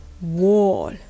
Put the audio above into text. wall